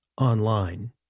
online